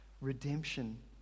redemption